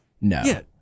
No